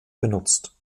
benutzt